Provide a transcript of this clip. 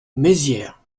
mézières